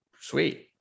sweet